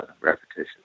repetition